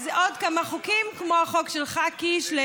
אז עוד כמה חוקים, כמו החוק שלך, קיש,